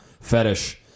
fetish